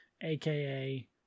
aka